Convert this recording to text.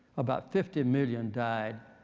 about fifty million died